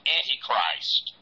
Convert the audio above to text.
Antichrist